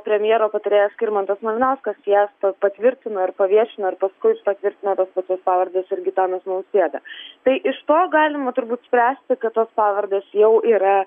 premjero patarėjas skirmantas malinauskas jas patvirtino ir paviešino ir paskui patvirtino tas pačias pavardes ir gitanas nausėda tai iš to galima turbūt spręsti kad tos pavardės jau yra